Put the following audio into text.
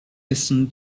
eastern